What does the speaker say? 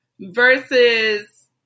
versus